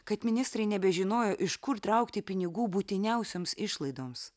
kad ministrai nebežinojo iš kur traukti pinigų būtiniausioms išlaidoms